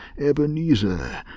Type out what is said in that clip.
Ebenezer